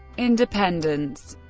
independence